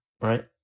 right